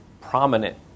prominent